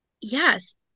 yes